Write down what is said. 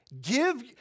Give